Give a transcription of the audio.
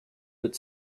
but